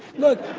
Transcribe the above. look